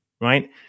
right